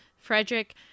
frederick